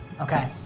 Okay